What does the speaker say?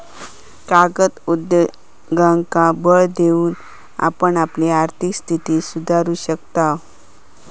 कागद उद्योगांका बळ देऊन आपण आपली आर्थिक स्थिती सुधारू शकताव